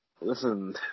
listen